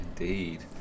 indeed